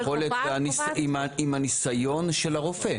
היכולת, עם הניסיון של הרופא.